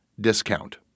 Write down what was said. discount